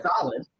solid